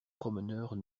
promeneurs